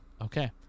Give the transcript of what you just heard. okay